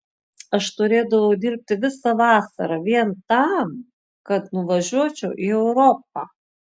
aš turėdavau dirbti visą vasarą vien tam kad nuvažiuočiau į europą